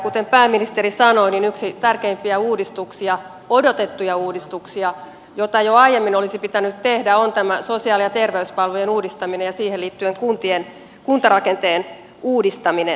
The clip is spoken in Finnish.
kuten pääministeri sanoi yksi tärkeimpiä uudistuksia odotettuja uudistuksia joita jo aiemmin olisi pitänyt tehdä on tämä sosiaali ja terveyspalvelujen uudistaminen ja siihen liittyen kuntarakenteen uudistaminen